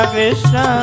Krishna